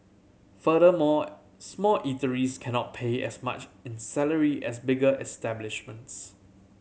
furthermore small eateries cannot pay as much in salary as bigger establishments